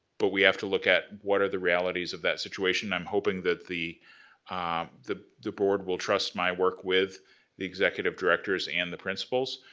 but we have to look at what are the realities of that situation. i'm hoping that the the board will trust my work with the executive directors and the principals,